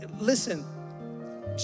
Listen